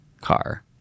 car